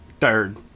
Third